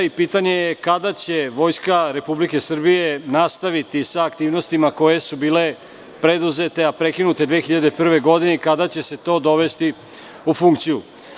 Pitanje je - kada će Vojska Republike Srbije nastaviti sa aktivnostima koje su bile preduzete, a prekinute 2001. godine i kada će se to dovesti u funkciju?